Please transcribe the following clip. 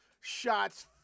Shots